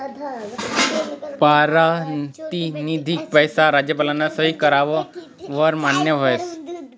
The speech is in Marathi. पारतिनिधिक पैसा राज्यपालना सही कराव वर मान्य व्हस